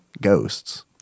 ghosts